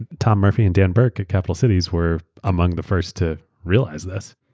tom murphy and dan burke of capital cities were among the first to realize this.